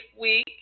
week